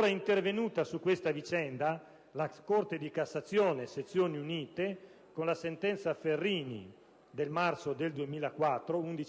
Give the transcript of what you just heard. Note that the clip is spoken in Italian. è intervenuta la Corte di cassazione a sezioni unite con la sentenza Ferrini dell'11